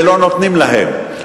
ולא נותנים להם.